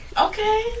Okay